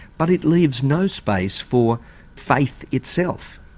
but it leaves no space for faith itself?